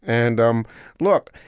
and, um look,